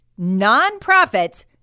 nonprofits